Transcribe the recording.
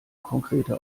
konkrete